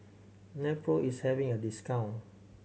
Nepro is having a discount